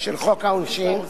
של חוק העונשין,